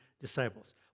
disciples